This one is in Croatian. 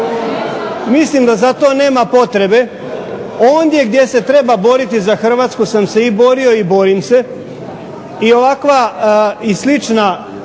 mislim da za to nema potrebe, ondje gdje se trebalo boriti za Hrvatsku sam se i borio i borim se, i ovakva i slična